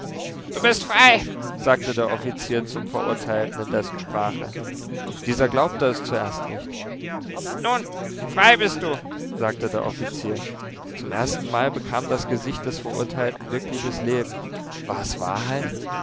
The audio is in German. du bist frei sagte der offizier zum verurteilten in dessen sprache dieser glaubte es zuerst nicht nun frei bist du sagte der offizier zum erstenmal bekam das gesicht des verurteilten wirkliches leben war es wahrheit